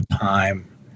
time